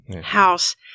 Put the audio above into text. house